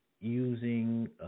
using